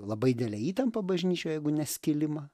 labai didelę įtampą bažnyčioje jeigu ne skilimą